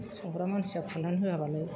संग्रा मानसिया खुरनानै होआब्लालाय